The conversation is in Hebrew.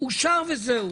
אושר וזהו.